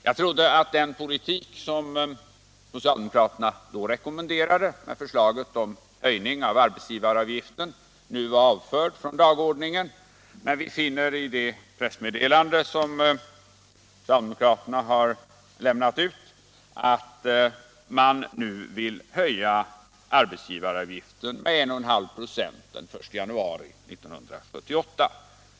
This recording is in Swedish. Jag trodde att den politisk som socialdemokraterna då rekommenderade med förslaget om höjning av arbetsgivaravgiften nu var avförd från dagordningen, men vi finner i det pressmeddelande som socialdemokraterna har lämnat ut att de nu vill höja arbetsgivaravgiften med 1,5 96 den 1 januari 1978.